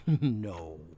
No